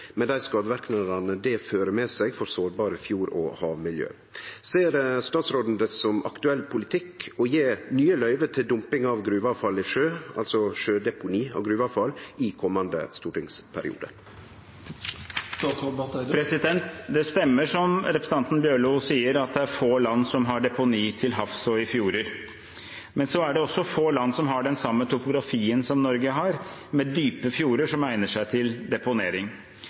skadeverknadene det fører med seg for sårbare fjord- og havmiljø. Ser statsråden det som aktuell politikk å gje nye løyve til dumping av gruveavfall i sjø i komande stortingsperiode?» Det stemmer, som representanten Bjørlo sier, at det er få land som har deponi til havs og i fjorder, men så er det også få land som har den samme topografien som Norge har, med dype fjorder som egner seg til deponering.